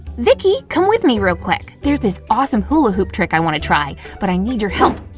vicky! come with me real quick! there's this awesome hula hoop trick i wanna try but i need your help,